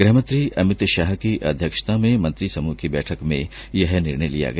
गृहमंत्री अमित शाह की अध्यक्षता में मंत्रिसमूह की बैठक में यह निर्णय लिया गया